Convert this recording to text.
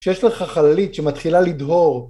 כשיש לך חללית שמתחילה לדהור